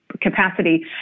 capacity